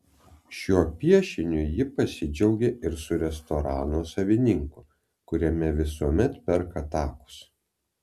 šiuo piešiniu ji pasidžiaugė ir su restorano savininku kuriame visuomet perka takus